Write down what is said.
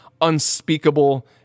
unspeakable